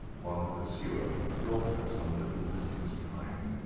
while her pursuer dogged her some little distance behind.